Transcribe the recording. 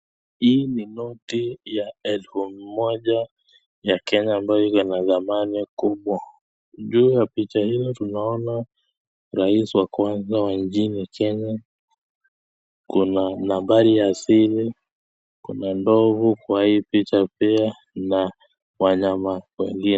Hii ni noti ya elfu moja ya Kenya, ambayo iko na dhamani kubwa. Juu ya picha hii tunaona rais wa kwanza wa nchini Kenya kuna nambari ya siri kuna ndovu kwa hii picha pia na wanyama wengine.